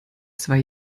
zwei